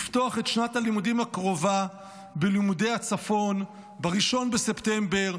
לפתוח את שנת הלימודים הקרובה ביישובי הצפון ב-1 בספטמבר,